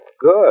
Good